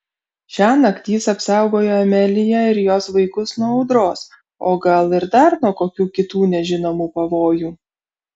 šiąnakt jis apsaugojo ameliją ir jos vaikus nuo audros o gal ir dar nuo kokių kitų nežinomų pavojų